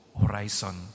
Horizon